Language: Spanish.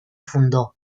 fundó